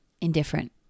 Indifferent